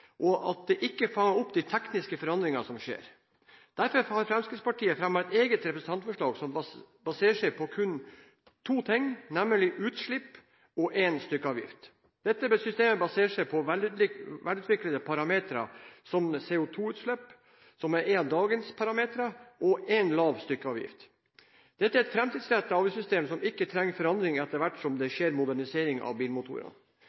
og at det ikke fanger opp de tekniske forandringene som skjer. Derfor har Fremskrittspartiet fremmet et eget representantforslag som baserer seg på kun to ting, nemlig utslipp og stykkavgift. Dette systemet baserer seg på velutviklede parametere som CO2-utslipp, som er én av dagens parametere, og en lav stykkavgift. Det er et framtidsrettet avgiftssystem som ikke trenger forandringer etter hvert som det skjer modernisering av bilmotorene.